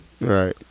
Right